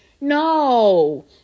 No